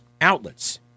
outlets